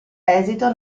esito